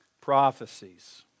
prophecies